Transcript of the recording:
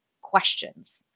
questions